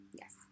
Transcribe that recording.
Yes